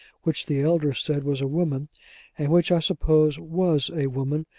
which the elder said was a woman and which i suppose was a woman,